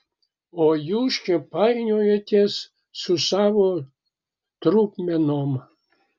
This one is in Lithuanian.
o jūs čia painiojatės su savo trupmenom